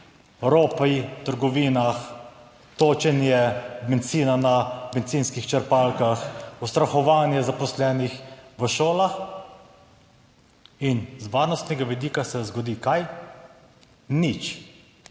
ropi v trgovinah, točenje bencina na bencinskih črpalkah, ustrahovanje zaposlenih v šolah. In z varnostnega vidika se zgodi kaj? Nič.